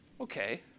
Okay